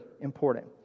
important